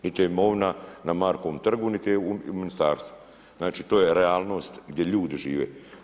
Niti je imovina na Markovom trgu niti je u ministarstvu, znači to je realnost gdje ljudi žive.